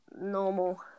normal